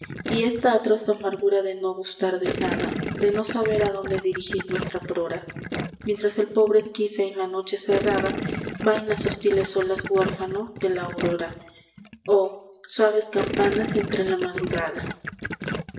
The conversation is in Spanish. y esta atroz amargura de no gustar de nada de no saber adónde dirigir nuestra prora mientras el pobre esquife en la noche cerrada va en las hostiles olas huérfano de la aurora oh suaves campanas entre la madrugada iv tarde del trópico